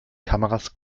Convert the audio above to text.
kameras